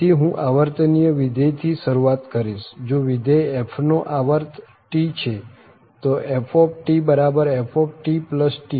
તેથી હું આવર્તનીય વિધેય થી શરૂઆત કરીશ જો વિધેય f નો આવર્ત T છે તો ftftT